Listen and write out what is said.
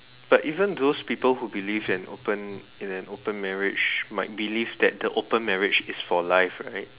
but even those people who believe in open in an open marriage might believe that the open marriage is for life right